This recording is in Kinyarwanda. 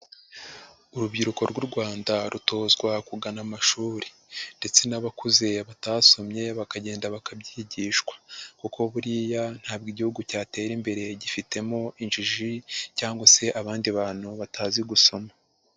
Urubyiruko rw'u Rwanda rutozwa kugana amashuri ndetse n'abakuze batasomye bakagenda bakabyigishwa kuko buriya ntabwo Igihugu cyatera imbere gifitemo injiji cyangwa se abandi bantu batazi gusoma.